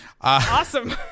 Awesome